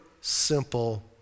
simple